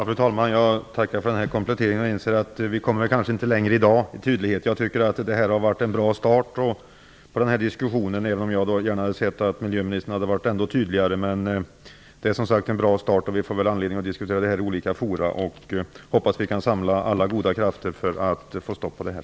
Fru talman! Jag tackar statsrådet för denna komplettering. Jag inser att vi nog inte kan komma så mycket längre i dag. Det här är en bra start på denna diskussion, även om jag gärna hade sett att miljöministern skulle ha varit ännu tydligare. Det är som sagt en bra start. Vi får väl anledning att diskutera frågan i olika fora. Jag hoppas att vi kan samla alla goda krafter för att få stopp på det här.